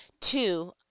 two